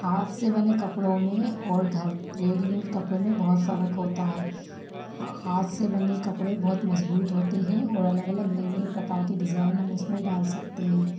हाथ से बने कपड़ों में और घर रेडीमेड कपड़ों में बहुत फ़र्क होता है हाथ से बने कपड़े बहुत मजबूत होते हैं और अलग अलग नए नए प्रकार के डिज़ाइन हम उसमें डाल सकते हैं